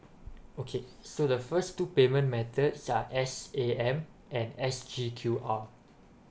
okay so the first two payment methods are S_A_M and S_G_Q_R